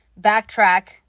backtrack